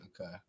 Okay